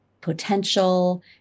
potential